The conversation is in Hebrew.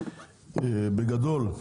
בגדול,